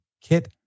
Kit